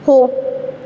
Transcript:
हो